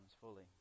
fully